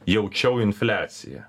jaučiau infliaciją